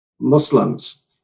Muslims